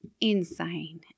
insane